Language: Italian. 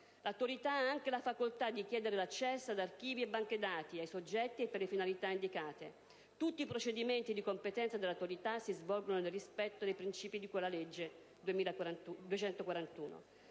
L'Autorità ha anche la facoltà di chiedere l'accesso ad archivi o banche dati, ai soggetti e per le finalità indicate. Tutti i procedimenti di competenza dell'Autorità si svolgono nel rispetto dei princìpi di cui alla legge n.